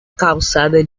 calçada